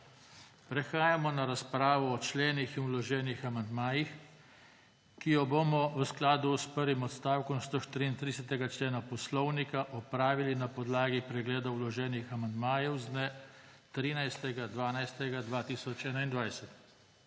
Prehajamo na razpravo o členih in vloženih amandmajih, ki jo bomo v skladu s prvim odstavkom 133. člena Poslovnika opravili na podlagi pregleda vloženih amandmajev z dne 13. 12. 2021.